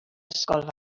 ysgol